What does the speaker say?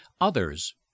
Others